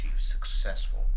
successful